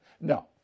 No